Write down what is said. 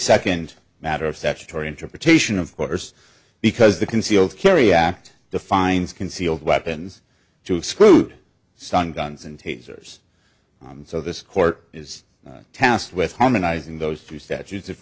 second matter of statutory interpretation of course because the concealed carry act defines concealed weapons to exclude stun guns and tazers so this court is tasked with harmonizing those two statutes